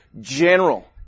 general